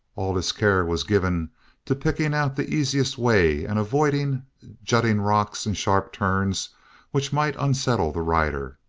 all his care was given to picking out the easiest way, and avoiding jutting rocks and sharp turns which might unsettle the rider.